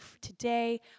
today